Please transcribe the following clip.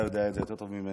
אתה יודע את זה יותר ממני,